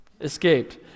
escaped